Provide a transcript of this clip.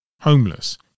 homeless